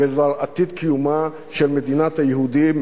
בדבר עתיד קיומה של מדינת היהודים,